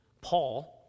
Paul